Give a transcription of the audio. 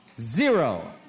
Zero